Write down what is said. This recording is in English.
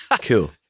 cool